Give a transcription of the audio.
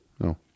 no